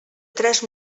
tres